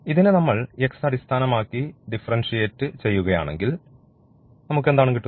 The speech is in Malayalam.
ഇതിനെ നമ്മൾ x അടിസ്ഥാനമാക്കി ഡിഫറൻഷിയേറ്റ് ചെയ്യുകയാണെങ്കിൽ നമുക്ക് എന്താണ് കിട്ടുന്നത്